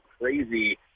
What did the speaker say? crazy